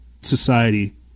society